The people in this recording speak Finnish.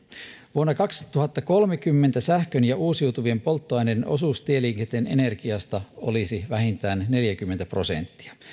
vuonna kaksituhattakolmekymmentä sähkön ja uusiutuvien polttoaineiden osuus tieliikenteen energiasta olisi vähintään neljäkymmentä prosenttia